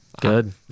good